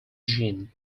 jin